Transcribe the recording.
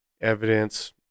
evidence